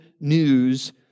news